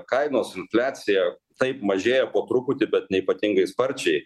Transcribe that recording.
kainos infliacija taip mažėja po truputį bet neypatingai sparčiai